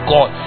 God